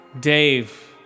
Dave